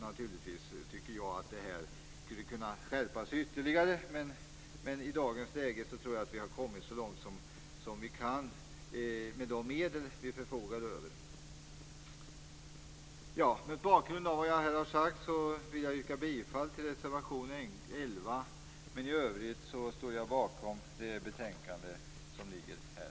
Naturligtvis skulle reglerna kunna skärpas ytterligare, men i dagens läge har vi nog kommit så långt som vi kan med de medel som vi förfogar över. Mot bakgrund av vad jag här har sagt vill jag yrka bifall till reservation nr 11. I övrigt står jag bakom hemställan i betänkandet.